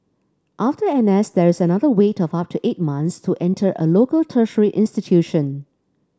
after N S there is another wait of up to eight months to enter a local tertiary institution